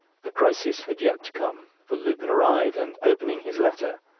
the crisis had yet to come for lupin arrived, and, opening his letter,